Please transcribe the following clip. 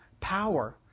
power